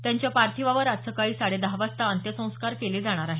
त्यांच्या पार्थिवावर आज सकाळी साडेदहा वाजता अंत्यसंस्कार केले जाणार आहेत